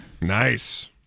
nice